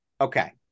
Okay